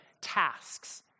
tasks